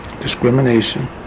discrimination